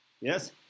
Yes